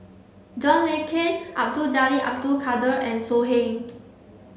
John Le Cain Abdul Jalil Abdul Kadir and So Heng